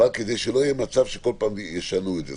כדי שלא יהיה מצב שכל פעם ישנו את זה.